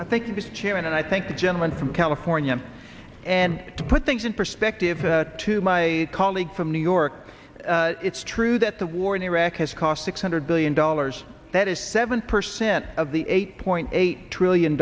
i think this chairman and i think the gentleman from california and to put things in perspective to my colleague from new york it's true that the war in iraq has cost six hundred billion dollars that is seven percent of the eight point eight trillion